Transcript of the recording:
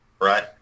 Right